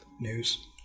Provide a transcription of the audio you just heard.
news